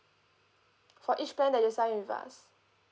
for each plan that you sign with us